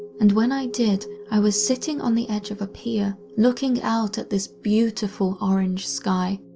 and when i did i was sitting on the edge of a pier, looking out at this beautiful orange sky.